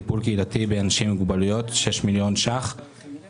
טיפול קהילתי באנשים עם מוגבלות 6 מיליון שקלים.